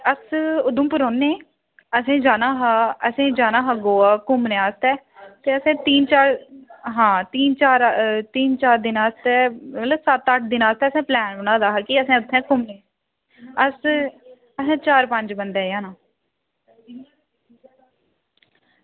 अस उधमपुर रौहने असें जाना हा असें जाना हा घुम्मनै आस्तै ते असें तीन चार हा तीन तिन चार दिनें आस्तै मतलब सत्त अट्ठ दिनें आस्तै असें प्लान बना दा हा की असें उत्थें घुम्मनै ई अस असें चार पंज बंदें जाना